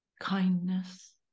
kindness